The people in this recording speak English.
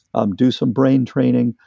um do some brain training.